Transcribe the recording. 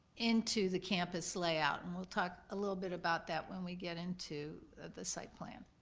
into the campus layout, and we'll talk a little bit about that when we get into the site plan.